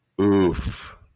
Oof